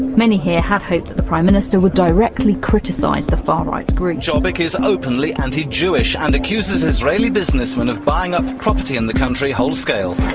many here had hoped that the prime minister would directly criticise the far-right group. jobbik is openly anti-jewish and accuses israeli businessmen of buying up property in the country whole-scale.